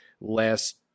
last